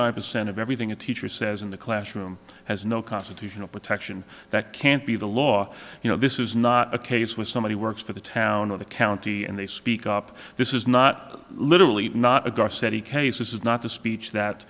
nine percent of everything a teacher says in the classroom has no constitutional protection that can't be the law you know this is not a case where somebody works for the town or the county and they speak up this is not literally not a garcia he case this is not the speech that